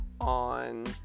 on